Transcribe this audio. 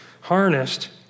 harnessed